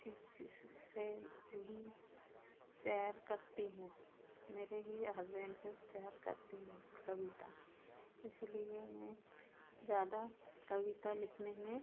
किसी से से नहीं सेयर करती हूँ मेरे ही हसबेंड से सेयर करती हूँ कविता इसलिए मैं ज़्यादा कविता लिखने में